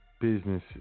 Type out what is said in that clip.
businesses